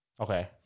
Okay